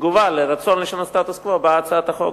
וכתגובה לרצון לשנות את הסטטוס-קוו באה הצעת החוק.